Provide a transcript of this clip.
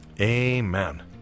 Amen